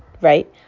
right